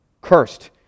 Cursed